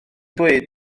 dweud